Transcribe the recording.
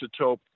isotope